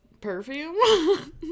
perfume